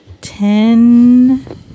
ten